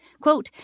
Quote